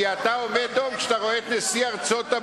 כי אתה עומד דום כשאתה רואה את נשיא ארצות-הברית,